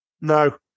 no